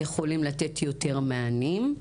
יכולים לתת יותר מענים.